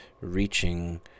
reaching